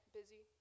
busy